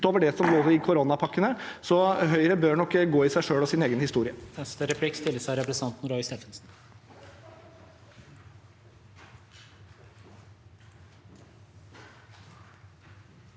utover det som kom i koronapakkene. Høyre bør nok gå i seg selv og sin egen historie.